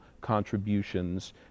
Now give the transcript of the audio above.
contributions